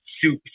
soup